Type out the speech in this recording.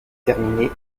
terminée